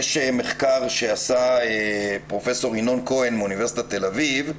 במחקר שעשה פרופ' ינון כהן מאוניברסיטת תל אביב,